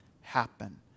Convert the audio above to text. happen